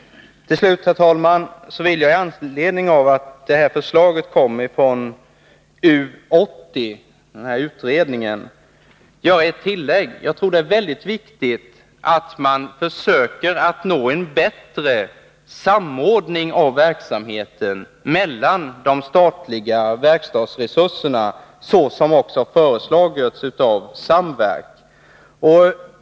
Till slut, herr talman, vill jag i anledning av förslaget från utredningen U 80 göra ett tillägg. Det är viktigt att man försöker nå en bättre samordning av verksamheten mellan de statliga verkstadsresurserna, såsom också föreslagits av SAMVERK.